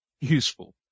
useful